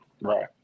Right